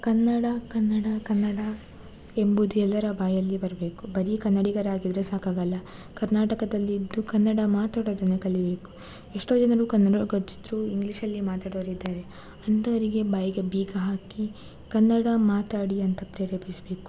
ಕನ್ನಡ ಕನ್ನಡ ಕನ್ನಡ ಎಂಬುದು ಎಲ್ಲರ ಬಾಯಲ್ಲಿ ಬರಬೇಕು ಬರೀ ಕನ್ನಡಿಗರಾಗಿದ್ದರೆ ಸಾಕಾಗಲ್ಲ ಕರ್ನಾಟಕದಲ್ಲಿದ್ದು ಕನ್ನಡ ಮಾತಾಡೋದನ್ನು ಕಲಿಬೇಕು ಎಷ್ಟೋ ಜನರು ಕನ್ನಡ ಗೊತ್ತಿದ್ದರೂ ಇಂಗ್ಲೀಷಲ್ಲಿ ಮಾತಾಡೋರಿದ್ದಾರೆ ಅಂಥವ್ರಿಗೆ ಬಾಯಿಗೆ ಬೀಗ ಹಾಕಿ ಕನ್ನಡ ಮಾತಾಡಿ ಅಂತ ಪ್ರೇರೇಪಿಸಬೇಕು